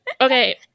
Okay